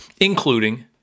including